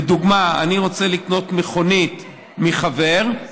לדוגמה, אני רוצה לקנות מכונית מחבר,